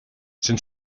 sind